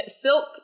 silk